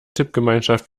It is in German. tippgemeinschaft